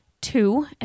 Two